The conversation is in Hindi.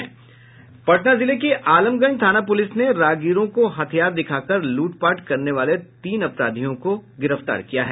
पटना जिले की आलमगंज थाना पुलिस ने राहगीरों को हथियार दिखाकर लूट पाट करने वाले तीन अपराधियों को गिरफ्तार किया है